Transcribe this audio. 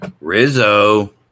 Rizzo